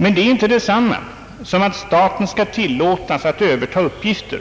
Men det är inte detsamma som att staten skall tillåtas att överta uppgifter,